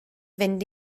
fynd